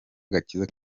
agakiza